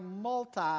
multi